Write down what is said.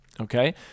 okay